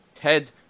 Ted